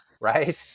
Right